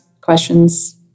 questions